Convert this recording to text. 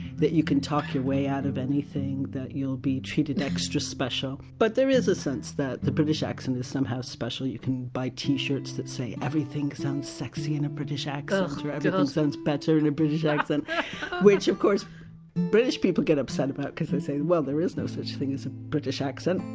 that you can talk your way out of anything, that you'll be treated extra special. but there is a sense that the british accent is somehow special you can buy t-shirts that say everything sounds sexy in a british accent or everything sounds better in a british accent which of course british people get upset about because they say, well, there is no such thing as a british accent!